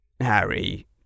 Harry